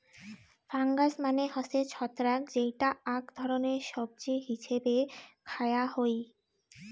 fungus মানে হসে ছত্রাক যেইটা আক ধরণের সবজি হিছেবে খায়া হই